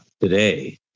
today